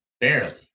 Barely